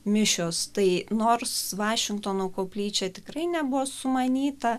mišios tai nors vašingtono koplyčia tikrai nebuvo sumanyta